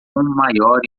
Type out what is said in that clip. maior